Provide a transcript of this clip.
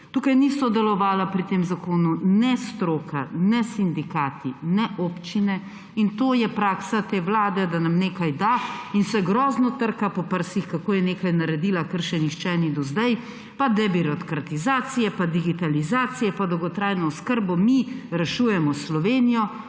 Tukaj ni sodelovala pri tem zakonu ne stroka, ne sindikati, ne občine. In to je praksa te vlade, da nam nekaj da in se grozno trka po prsih, kako je nekaj naredila, česar še nihče ni do zdaj – pa debirokratizacije, digitalizacije pa dolgotrajno oskrbo, mi rešujemo Slovenijo.